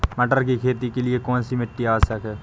मटर की खेती के लिए कौन सी मिट्टी आवश्यक है?